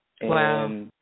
Wow